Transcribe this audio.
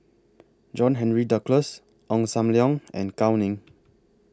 John Henry Duclos Ong SAM Leong and Gao Ning